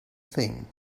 thing